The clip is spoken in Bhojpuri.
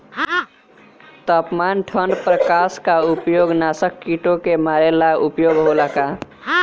तापमान ठण्ड प्रकास का उपयोग नाशक कीटो के मारे ला उपयोग होला का?